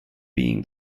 being